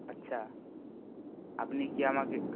আচ্ছা আপনি কি আমাকে